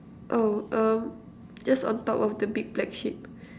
oh um just on top of the big black sheep